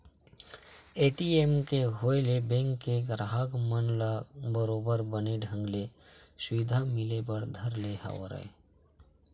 ATM के होय ले बेंक के गराहक मन ल बरोबर बने ढंग ले सुबिधा मिले बर धर ले हवय